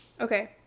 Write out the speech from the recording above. okay